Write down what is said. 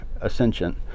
ascension